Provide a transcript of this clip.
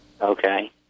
Okay